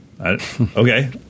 Okay